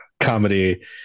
comedy